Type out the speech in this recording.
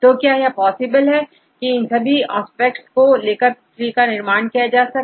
तो क्या यह पॉसिबल है की इन सभी आस्पेक्ट्स को लेकर ट्री का निर्माण किया जा सके